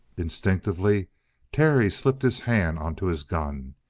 instinctively terry slipped his hand onto his gun.